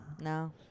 No